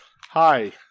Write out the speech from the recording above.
hi